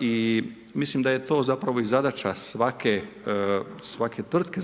i mislim da je to zapravo i zadaća svake tvrtke,